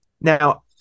now